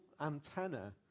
antenna